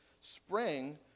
spring